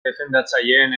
defendatzaileen